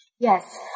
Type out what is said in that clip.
Yes